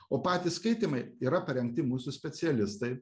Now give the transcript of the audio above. o patys skaitymai yra parengti mūsų specialistai